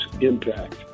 impact